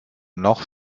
noch